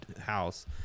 house